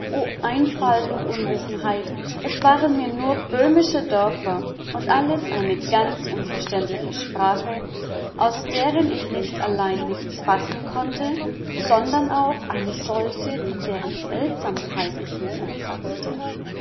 einfalt und unwissenheit es waren mir nur böhmische dörfer und alles eine ganz unverständliche sprache aus deren ich nicht allein nichts fassen konnte sondern auch eine solche vor deren seltsamkeit ich mich entsatzte